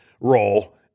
role